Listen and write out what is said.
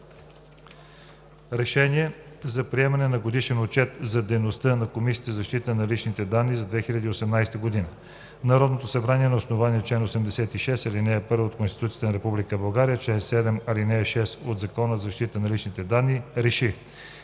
РЕШЕНИЕ: за приемане на Годишен отчет за дейността на Комисията за защита на личните данни за 2018 г. Народното събрание на основание на чл. 86, ал. 1 от Конституцията на Република България и чл. 7, ал. 6 от Закона за защита на личните данни РЕШИ: